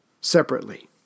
separately